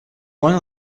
one